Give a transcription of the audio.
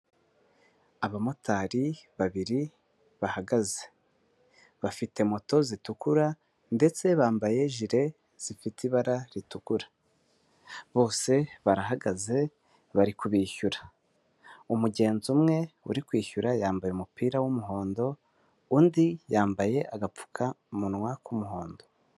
Abamotari babiri bahagaze, bafite moto zitukura ndetse bambaye jire zifite ibara ritukura, bose barahagaze bari kubishyura, umugenzi umwe uri kwishyura yambaye umupira w'umuhondo, undi yambaye agapfukamunwa k'umuhondo.